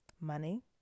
money